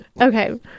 Okay